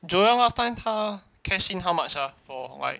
joel last time 他 cash in how much ah for like